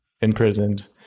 imprisoned